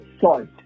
salt